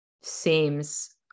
Seems